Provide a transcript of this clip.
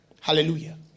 Hallelujah